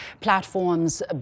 platforms